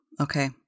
Okay